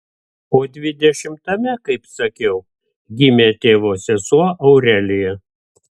o dvidešimtame kaip sakiau gimė tėvo sesuo aurelija